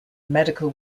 medical